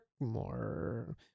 more